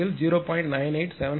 98773 j0